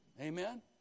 amen